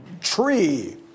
tree